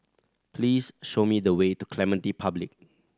please show me the way to Clementi Public